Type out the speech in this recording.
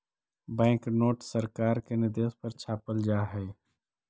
bank note सरकार के निर्देश पर छापल जा हई